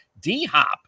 D-Hop